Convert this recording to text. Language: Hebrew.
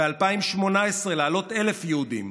ב-2018, להעלות 1,000 יהודים.